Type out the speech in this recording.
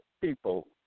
people